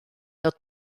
fod